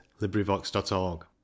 librivox.org